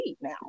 now